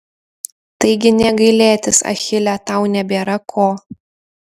taigi nė gailėtis achile tau nebėra ko